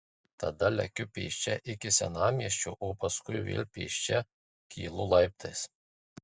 tada lekiu pėsčia iki senamiesčio o paskui vėl pėsčia kylu laiptais